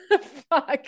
Fuck